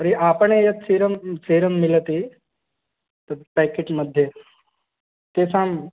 तर्हि आपणे यत् क्षीरं क्षीरं मिलति तत् पेकेट् मध्ये तेषां